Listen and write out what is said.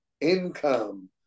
income